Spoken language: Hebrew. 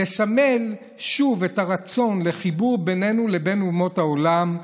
לסמל שוב את הרצון לחיבור בינינו לבין אומות העולם,